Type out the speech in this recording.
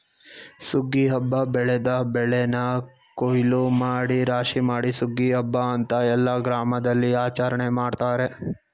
ಸುಗ್ಗಿ ಹಬ್ಬ ಬೆಳೆದ ಬೆಳೆನ ಕುಯ್ಲೂಮಾಡಿ ರಾಶಿಮಾಡಿ ಸುಗ್ಗಿ ಹಬ್ಬ ಅಂತ ಎಲ್ಲ ಗ್ರಾಮದಲ್ಲಿಆಚರಣೆ ಮಾಡ್ತಾರೆ